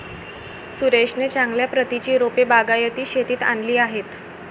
सुरेशने चांगल्या प्रतीची रोपे बागायती शेतीत आणली आहेत